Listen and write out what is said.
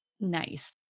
Nice